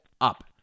up